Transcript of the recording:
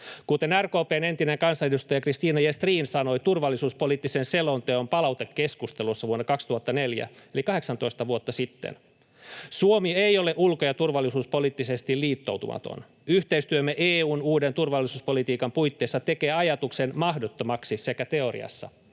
Kuten RKP:n entinen kansanedustaja Christina Gestrin sanoi turvallisuuspoliittisen selonteon palautekeskustelussa vuonna 2004, eli 18 vuotta sitten: ”Suomi ei ole ulko- ja turvallisuuspoliittisesti liittoutumaton. Yhteistyömme EU:n uuden turvallisuuspolitiikan puitteissa tekee ajatuksen mahdottomaksi sekä teoriassa